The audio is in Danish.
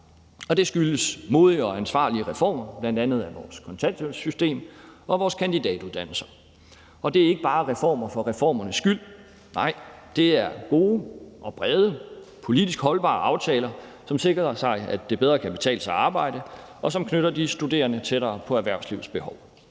Det skyldes modige og ansvarlige reformer, bl.a. af vores kontanthjælpssystem og vores kandidatuddannelser, og det er ikke bare reformer for reformernes skyld. Nej, det er gode og brede politisk holdbare aftaler, som sikrer, at det bedre kan betale sig at arbejde, og som knytter de studerende tættere på erhvervslivets behov.